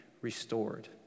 restored